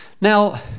Now